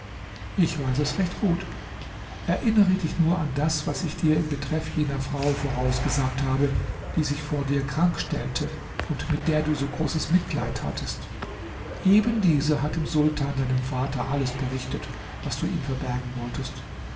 ich weiß es recht gut erinnere dich nur an das was ich dir in betreff jener frau vorausgesagt habe die sich vor dir krank stellte und mit der du so großes mitleid hattest eben diese hat dem sultan deinem vater alles berichtet was du ihm verbergen wolltest